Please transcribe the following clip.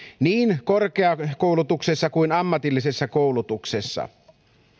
niin korkeakoulutuksessa kuin ammatillisessa koulutuksessa